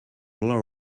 low